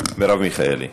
מרב מיכאלי.